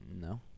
No